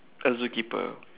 a zookeeper